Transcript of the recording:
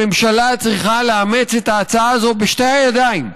הממשלה צריכה לאמץ את ההצעה הזאת בשתי הידיים: